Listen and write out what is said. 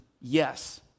yes